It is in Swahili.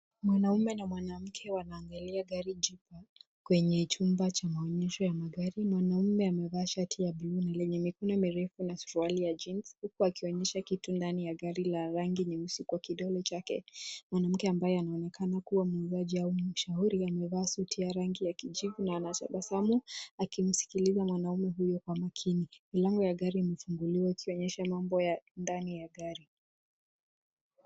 Mwanaume na mwanamke wanaangalia gari jipya kwenye chumba cha maonyesho ya magari. Mwanamume amevaa shati ya lenye mikono mirefu na suruali ya jeans huku akionyesha kitu ndani ya gari la rangi nyeusi kwa kidole chake. Mwanamke ambaye anaonekana kuwa muuzaji au mshauri amevaa suti ya rangi ya kijivu na anatabasamu akimsikiliza mwanaume huyo kwa makini. Milango ya gari imefunguliwa ikionyesha mambo ya ndani ya gari.